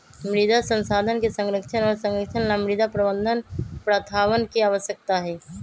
मृदा संसाधन के संरक्षण और संरक्षण ला मृदा प्रबंधन प्रथावन के आवश्यकता हई